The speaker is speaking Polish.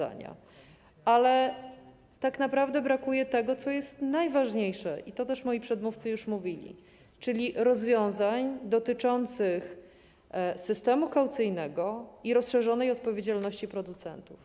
Ale tak naprawdę brakuje tego, co jest najważniejsze i o czym mówili też moi przedmówcy, czyli rozwiązań dotyczących systemu kaucyjnego i rozszerzonej odpowiedzialności producentów.